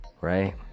Right